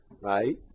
right